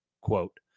Quote